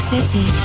City